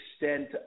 extent